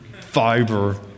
fiber